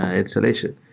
ah installation.